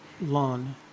Lawn